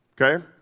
okay